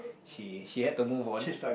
she she had to move on